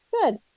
good